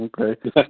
Okay